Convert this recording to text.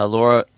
Laura